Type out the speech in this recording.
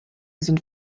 sind